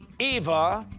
eva,